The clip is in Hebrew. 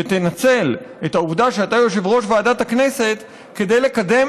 ותנצל את העובדה שאתה יושב-ראש ועדת הכנסת כדי לקדם